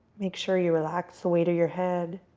make sure you relax the weight of your head,